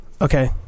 Okay